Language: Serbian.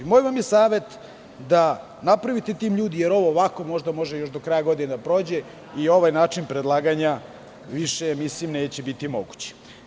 Moj vam je savet da napravite tim ljudi, jer ovo ovako možda može do kraja godine da prođe i ovaj način predlaganja više neće biti moguć.